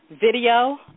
video